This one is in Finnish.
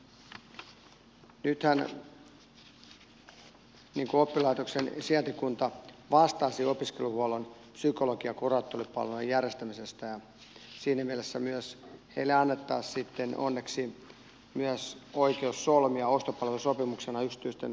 nythän oppilaitoksen sijaintikunta vastaisi opiskelijahuollon psykologi ja kuraattoripalvelujen järjestämisestä ja siinä mielessä heille annettaisiin onneksi myös oikeus solmia ostopalvelusopimuksena yksityisen opetuksen järjestäjän kanssa nämä psykologi ja kuraattoripalvelut